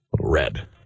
red